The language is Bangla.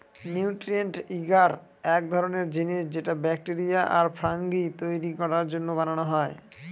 নিউট্রিয়েন্ট এগার এক ধরনের জিনিস যেটা ব্যাকটেরিয়া আর ফাঙ্গি তৈরী করার জন্য বানানো হয়